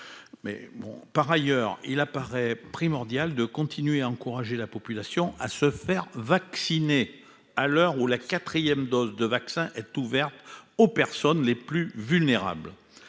mais bon, par ailleurs, il apparaît primordial de continuer à encourager la population à se faire vacciner, à l'heure où la quatrième doses de vaccin est ouverte aux personnes les plus vulnérables,